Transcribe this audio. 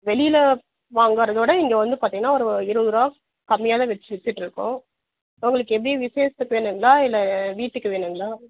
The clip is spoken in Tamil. வெளியில் வாங்குகிறதோட இங்கே வந்து பார்த்திங்கனா ஒரு இருபது ரூவாய் கம்மியாகதான் வச்சு விற்றுட்டு இருக்கோம் உங்களுக்கு எப்படி விசேஷத்துக்கு வேணுங்களா இல்லை வீட்டுக்கு வேணுங்களா